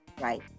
Right